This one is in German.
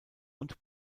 und